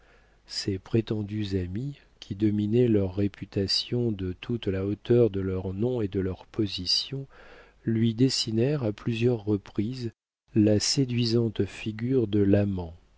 ses prétendues amies qui dominaient leur réputation de toute la hauteur de leurs noms et de leurs positions lui dessinèrent à plusieurs reprises la séduisante figure de l'amant